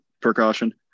precaution